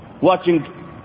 watching